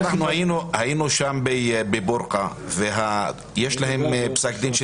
שהיינו שם בבורקע ויש להם פסק דין של